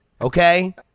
okay